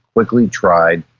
quickly tried,